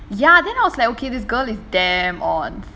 ya then I was like okay this girl is damn ons